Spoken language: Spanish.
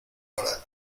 para